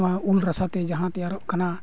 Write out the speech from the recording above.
ᱱᱚᱣᱟ ᱩᱞ ᱨᱟᱥᱟᱛᱮ ᱡᱟᱦᱟᱸ ᱛᱮᱭᱟᱨᱚᱜ ᱠᱟᱱᱟ